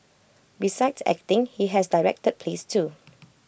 besides acting he has directed plays too